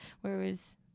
Whereas